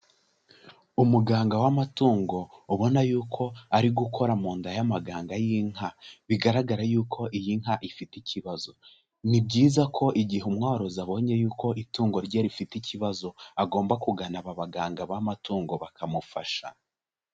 Umuganga w'amatungo ubona yuko ari gukora mu nda y'amaganga y'inka, bigaragara yuko iyi nka ifite ikibazo, ni byiza ko igihe umworozi abonye yuko itungo rye rifite ikibazo agomba kugana aba baganga b'amatungo bakamufasha.